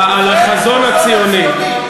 על החזון הציוני,